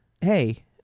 hey